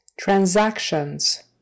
Transactions